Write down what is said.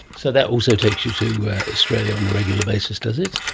so that also takes you to australia on a regular basis, does it?